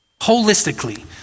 Holistically